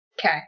Okay